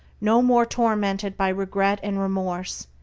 no more tormented by regret and remorse,